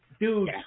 dude